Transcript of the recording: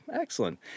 Excellent